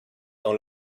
dans